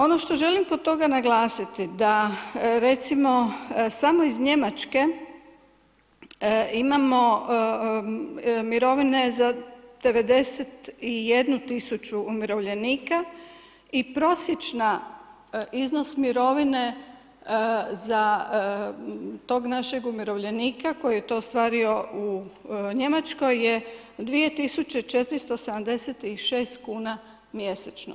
Ono što želim kod toga naglasiti da recimo samo iz Njemačke imamo mirovine za 91 000 umirovljenika i prosječna iznos mirovine za tog našeg umirovljenika koji je to ostvario u Njemačkoj je 2476 kuna mjesečno.